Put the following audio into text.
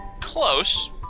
Close